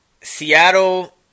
Seattle